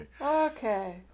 Okay